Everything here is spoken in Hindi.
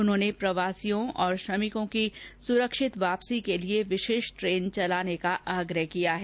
उन्होंने प्रवासियों और श्रमिकों की सुरक्षित वापसी के लिए विशेष ट्रेन चलाने का आग्रह किया है